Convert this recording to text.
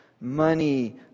money